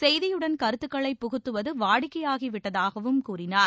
செய்தியுடன் கருத்துக்களை புகுத்துவது வாடிக்கையாகிவிட்டதாகவும் கூறினார்